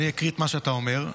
אני אקריא את מה שאתה אומר.